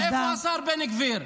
ואיפה השר בן גביר?